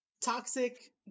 toxic